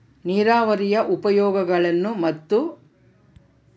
ನೇರಾವರಿಯ ಉಪಯೋಗಗಳನ್ನು ಮತ್ತು?